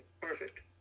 perfect